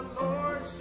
Lord